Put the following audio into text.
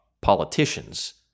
politicians